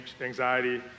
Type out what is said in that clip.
anxiety